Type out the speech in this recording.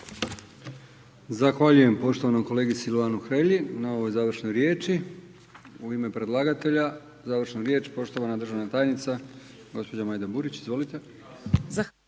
Zahvaljujem poštovanom kolegi Silvanu Hrelji na ovoj završnoj riječi. U ime predlagatelja završna riječ poštovana državna tajnica gospođa Majda Burić, izvolite.